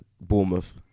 Bournemouth